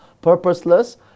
Purposeless